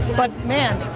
but man,